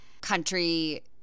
country